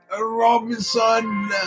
Robinson